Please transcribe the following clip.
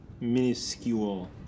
minuscule